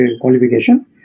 qualification